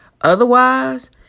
Otherwise